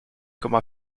komma